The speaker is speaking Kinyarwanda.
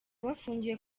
bafungiye